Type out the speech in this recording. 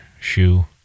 Shoe